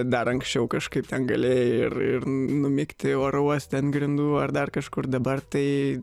dar anksčiau kažkaip ten galėjai ir ir numigti oro uoste ant grindų ar dar kažkur dabar tai